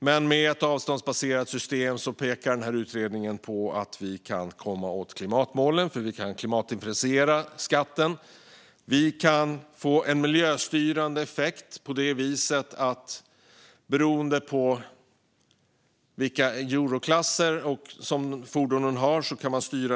Men med ett avståndsbaserat system pekar den här utredningen på att man kan komma åt klimatmålen genom att klimatdifferentiera skatten och få en miljöstyrande effekt genom att differentiera skatten beroende på vilka Euroklasser fordonen har.